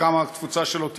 בכמה התפוצה שלו תקטן,